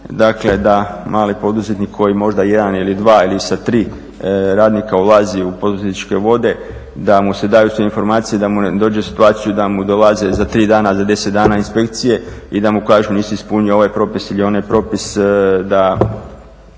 Dakle, da mali poduzetnik koji možda jedan ili dva ili sa tri radnika ulazi u poduzetničke vode da mu se daju sve informacije da ne dođe u situaciju da mu dolaze za 3 dana, za 10 dana inspekcije i da mu kažu nisi ispunio ovaj propis ili onaj propis zbog